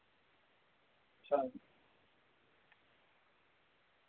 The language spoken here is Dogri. अच्छा